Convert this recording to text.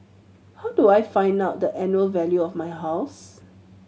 how do I find out the annual value of my house